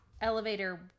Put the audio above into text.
elevator